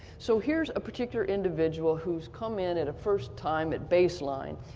so here's a particular individual who's come in at a first time at baseline.